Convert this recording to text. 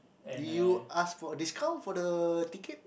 did you ask for a discount for the ticket